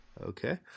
Okay